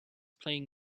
playing